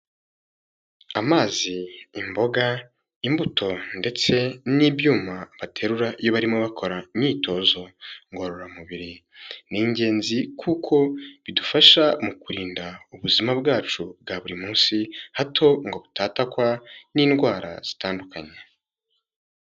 Amazi, imboga, imbuto ndetse n'ibyuma baterura iyo barimo bakora imyitozo ngororamubiri, ni ingenzi kuko bidufasha mu kurinda ubuzima bwacu bwa buri munsi hato ngo butatakwa n'indwara zitandukanye.